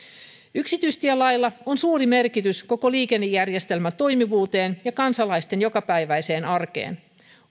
yksityistielailla on suuri merkitys koko liikennejärjestelmän toimivuuteen ja kansalaisten jokapäiväiseen arkeen